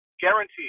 Guaranteed